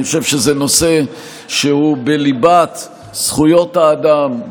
אני חושב שזה נושא שהוא בליבת זכויות האדם,